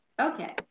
Okay